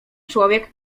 człowiek